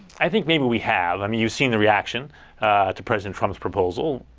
i think maybe we have. i mean, you've seen the reaction to president trump's proposal,